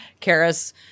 Karis